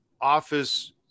office